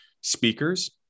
speakers